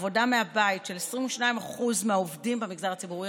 עבודה מהבית של 22% מהעובדים במגזר הציבורי,